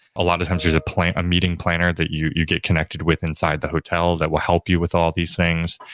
a lot of times there's a meeting planner that you you get connected with inside the hotel that will help you with all these things.